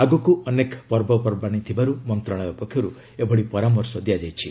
ଆଗକୁ ଅନେକ ପର୍ବପର୍ବାଣୀ ଥିବାରୁ ମନ୍ତ୍ରଣାଳୟ ପକ୍ଷରୁ ଏଭଳି ପରାମର୍ଶ ଦିଆଯାଇଛି